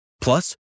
plus